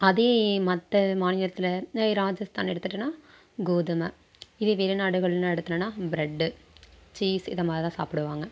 அதே மற்ற மாநிலத்தில் ராஜஸ்தான் எடுத்துகிட்டோன்னா கோதுமை இதே வெளிநாடுகள்னு எடுத்துகிட்டோன்னா பிரட்டு சீஸ் இதை மாதிரி தான் சாப்பிடுவாங்க